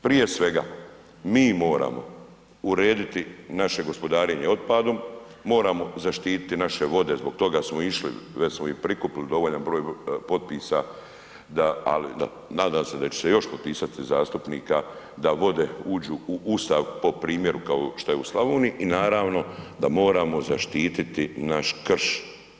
Prije svega mi moramo urediti naše gospodarenje otpadom, moramo zaštititi naše vode, zbog toga smo išli, već smo i prikupili dovoljan broj potpisa da, nadam se da će se još potpisati zastupnika da vode uđu u Ustav po primjeru kao što je u Sloveniji i naravno, da moramo zaštiti naš krš.